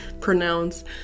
pronounce